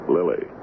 Lily